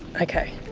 okay,